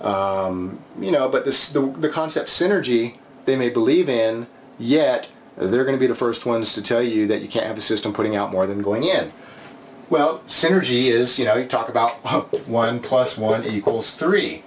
and you know but this is the concept synergy they may believe in yet they're going to be the st ones to tell you that you can't have a system putting out more than going well synergy is you know you talk about one plus one equals three